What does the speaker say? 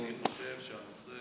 אני חושב שהנושא